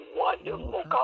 wonderful